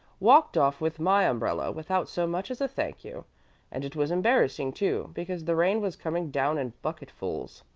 walked off with my umbrella without so much as a thank you and it was embarrassing too, because the rain was coming down in bucketfuls.